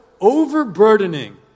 overburdening